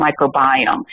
microbiome